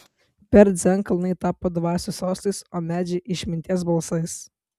per dzen kalnai tapo dvasių sostais o medžiai išminties balsais